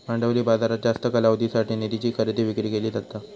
भांडवली बाजारात जास्त कालावधीसाठी निधीची खरेदी विक्री केली जाता